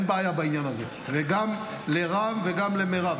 אין בעיה בעניין הזה, וגם לרם וגם למירב.